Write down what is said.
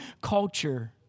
culture